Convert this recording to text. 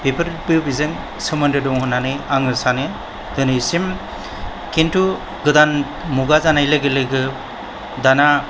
बेफोरबो बेजों सोमोन्दो दं होननानै आङो सानो दिनैसिम किन्तु गोदान मुगा जानाय लोगो लोगो दाना